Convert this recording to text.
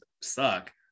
suck